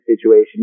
situation